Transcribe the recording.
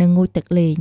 និងងូតទឹកលេង។